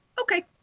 okay